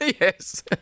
Yes